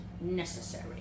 necessary